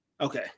Okay